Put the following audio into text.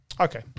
Okay